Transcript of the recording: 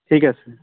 ঠিক আছে